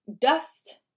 dust